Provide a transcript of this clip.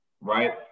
right